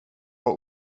var